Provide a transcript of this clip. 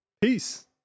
Peace